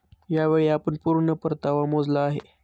यावेळी आपण पूर्ण परतावा मोजला आहे का?